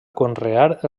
conrear